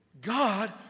God